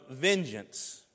vengeance